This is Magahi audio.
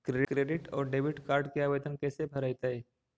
क्रेडिट और डेबिट कार्ड के आवेदन कैसे भरैतैय?